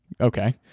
Okay